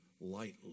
lightly